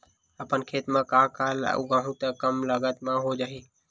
अपन खेत म का का उगांहु त कम लागत म हो जाही?